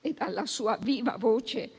e dalla sua viva voce